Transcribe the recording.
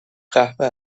قهوه